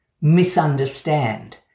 misunderstand